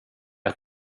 att